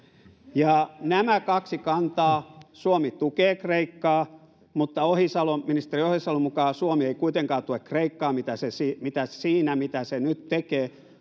nämä kaksi kantaa suomi tukee kreikkaa mutta ministeri ohisalon mukaan suomi ei kuitenkaan tue kreikkaa siinä mitä se nyt tekee